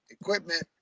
Equipment